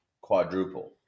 quadruple